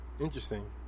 Interesting